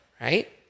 right